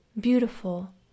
Beautiful